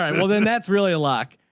um well then that's really a luck.